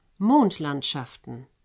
Mondlandschaften